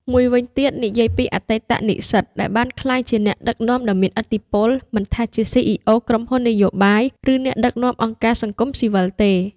មួយវិញទៀត និយាយពីអតីតនិស្សិតដែលបានក្លាយជាអ្នកដឹកនាំដ៏មានឥទ្ធិពល មិនថាជា CEO ក្រុមហ៊ុននយោបាយ ឬអ្នកដឹកនាំអង្គការសង្គមស៊ីវិលទេ។